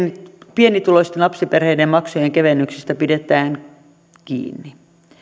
pienituloisten lapsiperheiden maksujen kevennyksistä pidetään kiinni